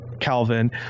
Calvin